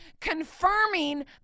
confirming